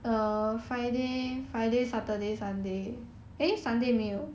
就是很 dry 的 lesson